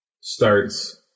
starts